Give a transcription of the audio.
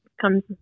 comes